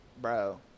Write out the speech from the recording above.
bro